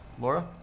Laura